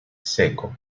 seco